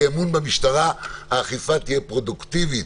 אמון במשטרה האכיפה תהיה פרודוקטיבית.